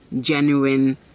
genuine